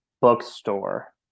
bookstore